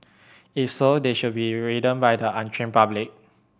if so they should be ridden by the untrained public